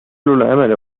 العمل